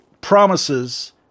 promises